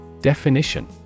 Definition